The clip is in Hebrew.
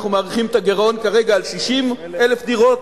אנחנו מעריכים את הגירעון כרגע ב-60,000 דירות,